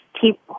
keep